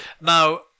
Now